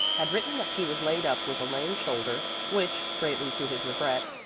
had written that he was laid up with a lame shoulder, which, greatly to his regret,